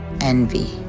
envy